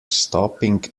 stopping